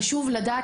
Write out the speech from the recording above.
חשוב לדעת,